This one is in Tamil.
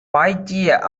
பாய்ச்சிய